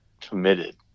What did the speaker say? committed